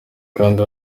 kandi